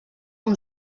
una